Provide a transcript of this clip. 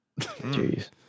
Jeez